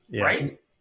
right